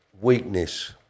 weakness